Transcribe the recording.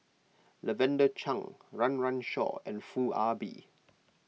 Lavender Chang Run Run Shaw and Foo Ah Bee